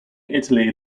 italy